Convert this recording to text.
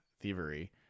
thievery